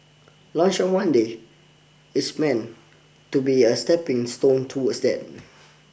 lunch on Monday is meant to be a stepping stone towards that